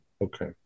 Okay